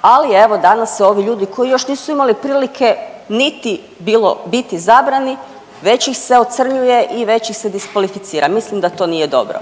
ali evo danas se ovi ljudi koji još nisu imali prilike niti bilo bit izabrani već iz se ocrnjuje i već ih se diskvalificira. Mislim da to nije dobro.